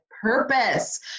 Purpose